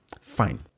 Fine